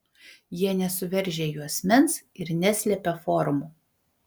jie nesuveržia juosmens ir neslepia formų